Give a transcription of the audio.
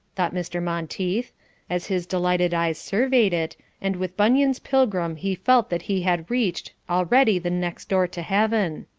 thought mr. monteith, as his delighted eyes surveyed, it and with bunyan's pilgrim he felt that he had reached already the next door to heaven.